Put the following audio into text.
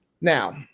Now